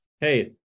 hey